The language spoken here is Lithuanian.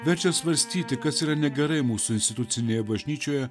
verčia svarstyti kas yra negerai mūsų institucinėje bažnyčioje